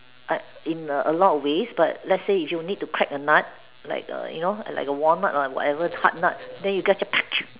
uh in a lot of ways but let's say if you need to crack a nut like a you know a like a walnut or whatever hard nut than you just